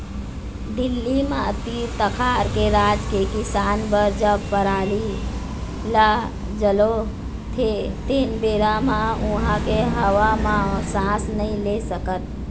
दिल्ली म तीर तखार के राज के किसान बर जब पराली ल जलोथे तेन बेरा म उहां के हवा म सांस नइ ले सकस